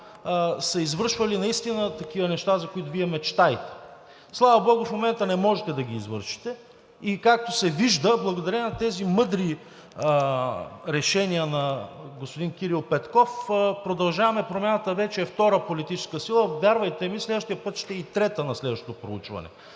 са извършвали такива неща, за които Вие мечтаете. Слава богу, в момента не можете да ги извършите. И както се вижда, благодарение на тези мъдри решения на господин Кирил Петков „Продължаваме Промяната“ вече е втора политическа сила. Вярвайте ми, следващия път ще е и трета – на следващото проучване,